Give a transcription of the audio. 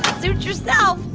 suit yourself.